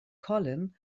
colin